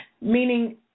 Meaning